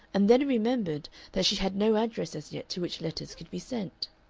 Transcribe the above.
and then remembered that she had no address as yet to which letters could be sent.